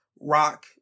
rock